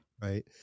right